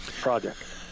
project